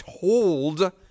told